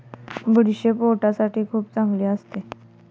बडीशेप पोटासाठी खूप चांगली असते